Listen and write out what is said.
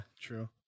true